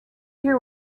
hear